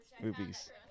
movies